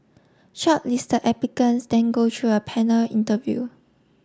shortlist applicants then go through a panel interview